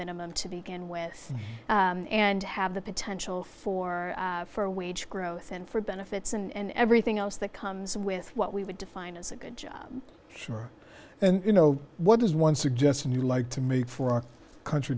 minimum to begin with and have the potential for for wage growth and for benefits and everything else that comes with what we would define as a good job sure and you know what is one suggestion you like to make for our country